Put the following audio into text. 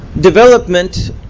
development